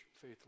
faith